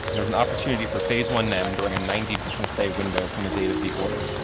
there's an opportunity for phase one nem during a ninety business day window from the date of the order.